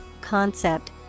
concept